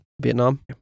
Vietnam